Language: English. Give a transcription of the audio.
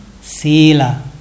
sila